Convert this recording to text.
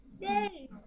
Yay